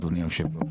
אדוני היושב ראש,